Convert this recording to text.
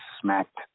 smacked